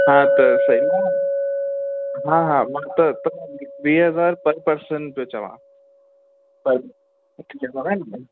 हा त सई आहे हा हा मां त त वीह हज़ार पर पर्सन थो चवां पर